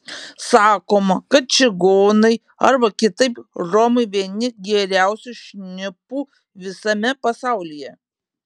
sakoma kad čigonai arba kitaip romai vieni geriausių šnipų visame pasaulyje